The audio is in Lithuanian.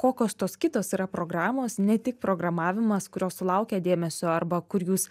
kokios tos kitos yra programos ne tik programavimas kurios sulaukia dėmesio arba kur jūs